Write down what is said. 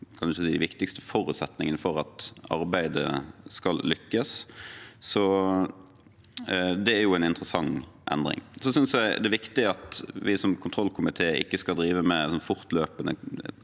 de viktigste forutsetningene for at arbeidet skal lykkes. Det er en interessant endring. Så synes jeg det er viktig at vi som kontrollkomité ikke skal drive med fortløpende